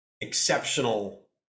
exceptional